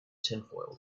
tinfoil